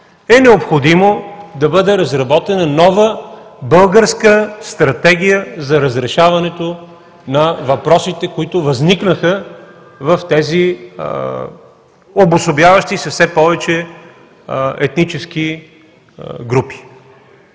е необходимо да бъде разработена нова българска стратегия за разрешаването на въпросите, които възникнаха в тези все повече обособяващи се етнически групи.